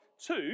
Two